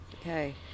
Okay